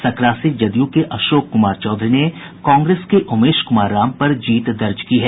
सकरा से जदयू के अशोक कुमार चौधरी ने कांग्रेस के उमेश कुमार राम पर जीत दर्ज की है